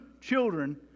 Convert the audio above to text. children